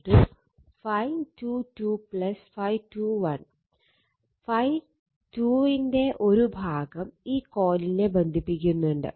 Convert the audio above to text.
∅2 ന്റെ ഒരു ഭാഗം ഈ കൊയിലിനെ ബന്ധിപ്പിക്കുന്നുണ്ട്